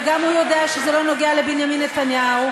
וגם הוא יודע שזה לא נוגע לבנימין נתניהו.